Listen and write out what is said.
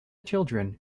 children